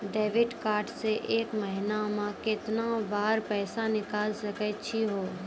Debit card से एक महीना मा केतना बार पैसा निकल सकै छि हो?